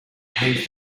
paints